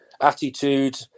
attitude